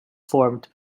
formed